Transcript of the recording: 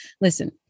Listen